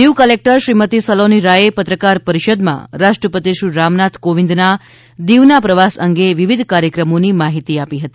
Diu collector Shrimati Saloni રાયે પત્રકાર પરિષદમાં રાષ્ટ્રપતિ શ્રી રામનાથ કોવિદના દીવના પ્રવાસ અંગે વિવિધ કાર્યક્રમોની માહિતી આપી હતી